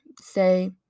say